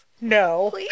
No